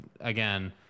again